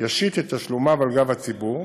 ישית את תשלומיו על הציבור,